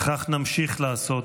וכך נמשיך לעשות